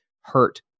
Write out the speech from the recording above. hurt